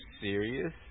serious